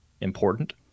important